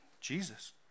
Jesus